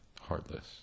Heartless